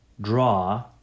draw